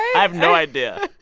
i have no idea.